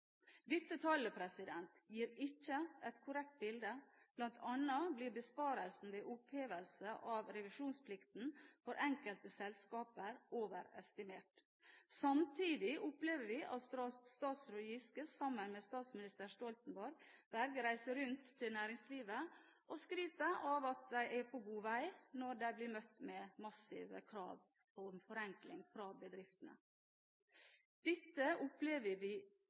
Dette tallet gir ikke et korrekt bilde, bl.a. blir besparelsen ved opphevelse av revisjonsplikten for enkelte selskaper overestimert. Samtidig opplever vi at statsråd Giske, sammen med statsminister Stoltenberg, reiser rundt til næringslivet og skryter av at de er på god vei når de blir møtt med massive krav om forenkling fra bedriftene. Dette opplevde vi